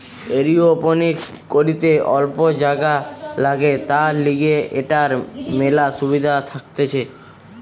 aeroponics করিতে অল্প জাগা লাগে, তার লিগে এটার মেলা সুবিধা থাকতিছে